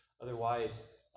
Otherwise